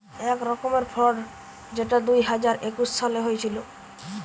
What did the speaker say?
এক রকমের ফ্রড যেটা দুই হাজার একুশ সালে হয়েছিল